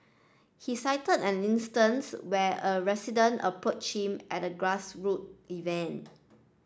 he cited an instance where a resident approached him at a grass root event